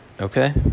Okay